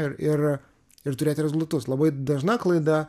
ir ir ir turėti rezultatus labai dažna klaida